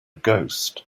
ghost